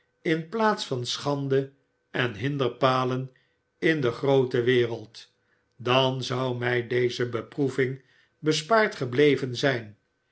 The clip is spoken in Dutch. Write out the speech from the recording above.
in plaats van schande en hinderpalen in de gröote wereld dan zou mij deze beproeving bespaard gebleven zijn